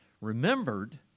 remembered